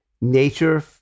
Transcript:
nature